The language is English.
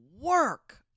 work